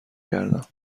گردم